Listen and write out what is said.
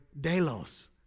delos